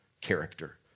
character